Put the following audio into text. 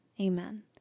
Amen